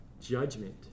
judgment